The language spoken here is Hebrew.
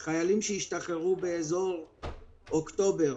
גם ההחלטה להשתמש בפיקדון אפשרית,